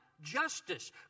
justice